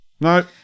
No